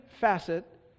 facet